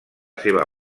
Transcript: seva